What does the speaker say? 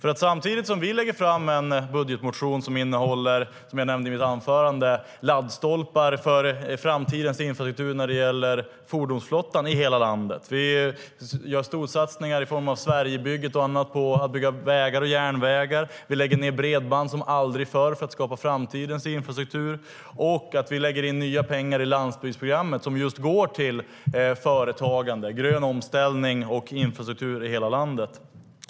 Vi lägger fram en budgetmotion som innehåller, vilket jag nämnde i mitt anförande, laddstolpar för framtidens infrastruktur när det gäller fordonsflottan i hela landet. Vi gör storsatsningar i form av Sverigebygget och annat och byggande av vägar och järnvägar. Vi lägger ned bredband som aldrig förr för att skapa framtidens infrastruktur. Vi lägger även in nya pengar i landsbygdsprogrammet som går just till företagande, grön omställning och infrastruktur i hela landet.